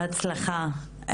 בהצלחה.